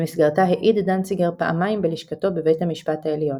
במסגרתה העיד דנציגר פעמיים בלשכתו בבית המשפט העליון.